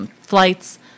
flights